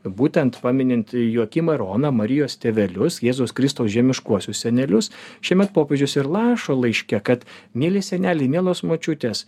būtent paminint joakimą ir oną marijos tėvelius jėzaus kristus žemiškuosius senelius šiemet popiežius ir lašo laiške kad mieli senelį mielos močiutės